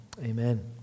amen